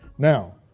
now,